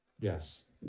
Yes